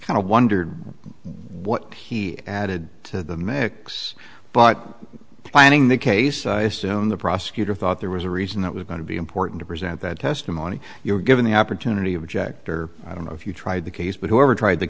wondered what he added to the mix but planning the case i assume the prosecutor thought there was a reason that was going to be important to present that testimony you were given the opportunity of ejector i don't know if you tried the case but whoever tried the